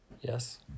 Yes